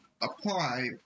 apply